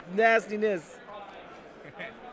nastiness